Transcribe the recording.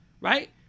right